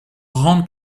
grande